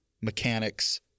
mechanics